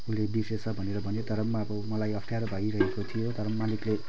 उसले बिर्सिएछ भनेर भन्यो तर पनि अब मलाई अप्ठ्यारो भइरहेको थियो तर मालिकले